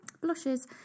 blushes